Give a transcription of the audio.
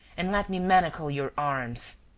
and let me manacle your arms.